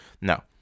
No